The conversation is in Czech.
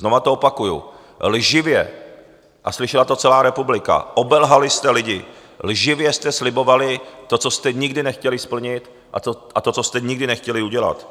Znova to opakuji, lživě a slyšela to celá republika, obelhali jste lidi lživě jste slibovali to, co jste nikdy nechtěli splnit, a to, co jste nikdy nechtěli udělat.